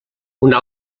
una